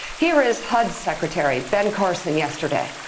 here is hud secretary ben carson yesterday.